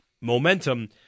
momentum